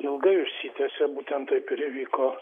ilgai užsitęsia būtent taip ir įvyko